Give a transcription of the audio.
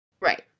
Right